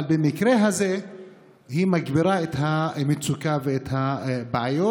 אבל במקרה הזה היא מגבירה את המצוקה ואת הבעיות,